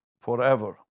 forever